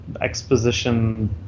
exposition